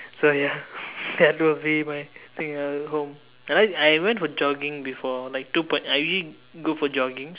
so ya that would be my thing I would home I like I went for jogging before like two point I usually go for joggings